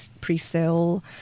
pre-sale